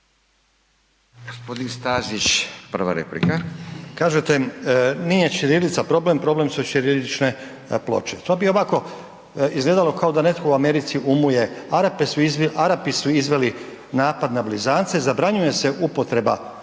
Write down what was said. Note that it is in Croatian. **Stazić, Nenad (SDP)** Kažete nije ćirilica problem, problem su ćirilične ploče. To bi ovako izgledalo kao da netko u Americi umuje, Arapi su izveli napad na blizance, zabranjuje se upotreba